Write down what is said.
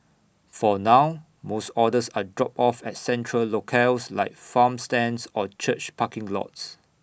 for now most orders are dropped off at central locales like farm stands or church parking lots